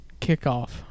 kickoff